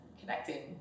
connecting